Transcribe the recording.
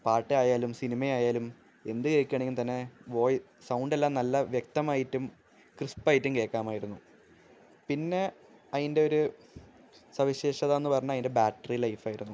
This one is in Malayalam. പാട്ടായാലും സിനിമയായാലും എന്ത് കേള്ക്കണമെങ്കില്ത്തന്നെ സൗണ്ടെല്ലാം തന്നെ നല്ല വ്യക്തമായിട്ടും ക്രിസ്പ്പായിട്ടും കേൾക്കാമായിരുന്നു പിന്നെ അതിന്റെയൊരു സവിശേഷതാന്ന് പറഞ്ഞാല് അതിന്റെ ബാറ്ററി ലൈഫായിരുന്നു